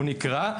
הוא נקרא,